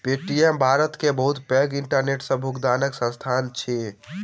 Paytm Bharat के बहुत पैघ इंटरनेट सॅ भुगतनाक संस्थान अछि